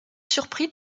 surpris